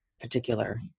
particular